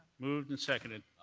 moved and seconded.